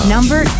Number